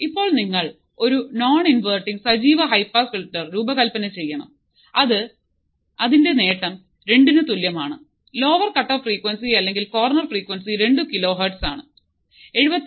ഇപ്പോൾ നിങ്ങൾ ഒരു നോൺ ഇൻവെർട്ടിങ് സജീവ ഹൈ പാസ് ഫിൽറ്റർ രൂപകൽപ്പന ചെയ്യണം അത് ഗെയ്ൻ രണ്ടു ന് തുല്യമാണ് ലോവർ കട്ട്ഓഫ് ഫ്രീക്വൻസി അല്ലെങ്കിൽ കോർണർ ഫ്രീക്വൻസി രണ്ടു കിലോ ഹെർട്സ് ആണ് 79